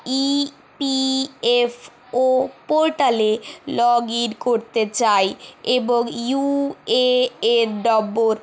ই P F O পোর্টালে log in করতে চাই এবং ইউ এ এন নম্বর